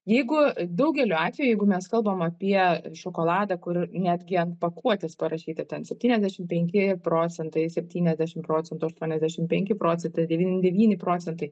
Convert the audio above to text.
jeigu daugeliu atveju jeigu mes kalbam apie šokoladą kur netgi ant pakuotės parašyta ten septyniasdešim penki procentai septyniasdešimt procentų aštuoniasdešim penki procentai devyni devyni procentai